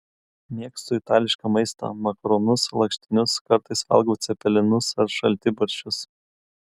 mėgstu itališką maistą makaronus lakštinius kartais valgau cepelinus ar šaltibarščius